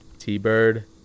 T-Bird